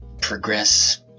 progress